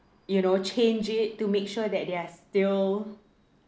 you know change it to make sure that they are still